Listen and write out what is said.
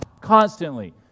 constantly